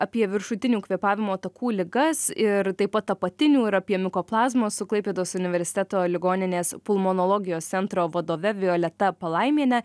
apie viršutinių kvėpavimo takų ligas ir taip pat apatinių ir apie mikoplazmos su klaipėdos universiteto ligoninės pulmonologijos centro vadove violeta palaimiene